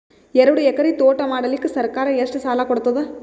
ಎರಡು ಎಕರಿ ತೋಟ ಮಾಡಲಿಕ್ಕ ಸರ್ಕಾರ ಎಷ್ಟ ಸಾಲ ಕೊಡತದ?